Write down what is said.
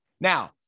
Now